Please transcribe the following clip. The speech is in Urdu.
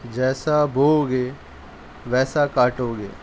جیسا بوؤ گے ویسا کاٹو گے